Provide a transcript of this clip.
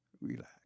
relax